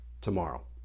tomorrow